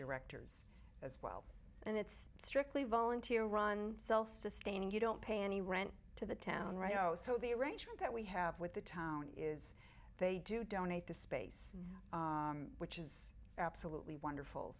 directors as well and it's strictly volunteer run self sustaining you don't pay any rent to the town right now so the arrangement that we have with the town is they do donate the space which is absolutely wonderful